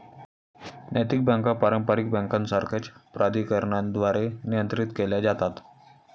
नैतिक बँका पारंपारिक बँकांसारख्याच प्राधिकरणांद्वारे नियंत्रित केल्या जातात